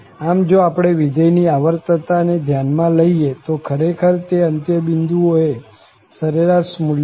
આમ જો આપણે વિધેય ની આવર્તતા ને ધ્યાન માં લઈએ તો ખરેખર તે અંત્યબિંદુઓ એ સરેરાશ મુલ્ય છે